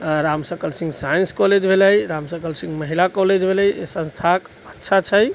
Ram Sakal Singh science college भेलै राम सकल सिंह महिला college भेलै ई संस्थाके अच्छा छै